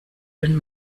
den